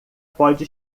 pode